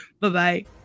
Bye-bye